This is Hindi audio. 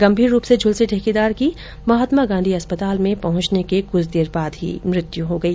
गंभीर रूप से झलसे ठेकेदार की महात्मा गांधी अस्पताल में पह चने के कुछ देर बाद ही मौत हो गई